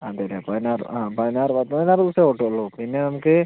അതെയല്ലേ പതിനാറ് ആ പതിനാറ് പതിനാറ് ദിവസമേ ഓട്ടം ഉള്ളൂ പിന്നെ നമുക്ക്